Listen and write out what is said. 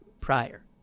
prior